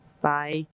Bye